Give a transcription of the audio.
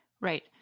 Right